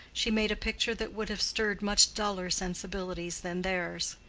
she made a picture that would have stirred much duller sensibilities than theirs.